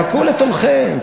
חכו לתורכם.